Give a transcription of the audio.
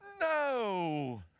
No